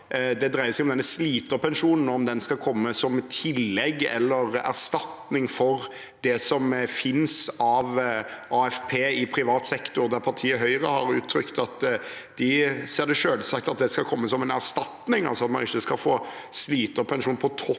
Det dreier seg om denne sliterpensjonen, og om den skal komme som tillegg til eller erstatning for det som finnes av AFP i privat sektor. Der har partiet Høyre uttrykt at de selvsagt ser det slik at det skal komme som en erstatning, altså at man ikke skal få sliterpensjon på toppen